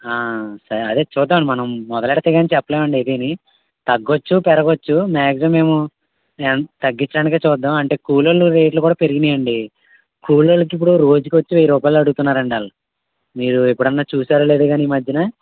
సరే అదే చూద్దాం మనం మొదలెడితే కానీ చెప్పలేమండి ఏదీనీ తగ్గొచ్చుపెరగొచ్చు మ్యాగ్జిమమ్ మేము తగ్గిచ్చడానికే చూద్దాం అంటే కూలోళ్లు రేట్లు కూడా పెరిగినాయండి కూలోళ్లకి ఇప్పుడు రోజుకు వచ్చి వెయ్యి రూపాయలు అడుగుతున్నారండి ఆళ్ళు మీరు ఎప్పుడన్నా చూసారో లేదో ఈ మధ్యన